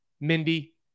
Mindy